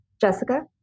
Jessica